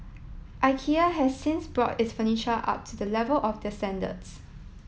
Ikea has since brought its furniture up to the level of the standards